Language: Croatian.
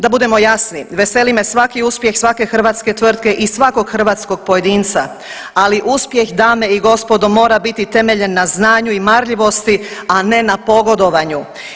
Da budemo jasni, veseli me svaki uspjeh svake hrvatske tvrtke i svakog hrvatskog pojedinca, ali uspjeh dame i gospodo mora biti temeljen na znanju i marljivosti, a ne na pogodovanju.